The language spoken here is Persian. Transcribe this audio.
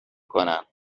کنن